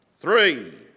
Three